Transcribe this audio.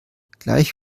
gleich